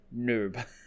Noob